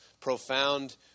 profound